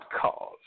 cause